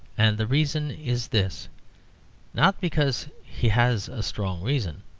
and the reason is this not because he has a strong reason,